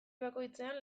bakoitzean